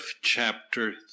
chapter